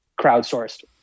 crowdsourced